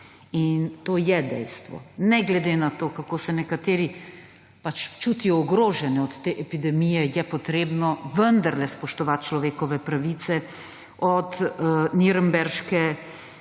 In to je dejstvo. Ne glede na to, kako se nekateri čutijo ogroženi od te epidemije, je treba vendarle spoštovati človekove pravice − od Nürnberškega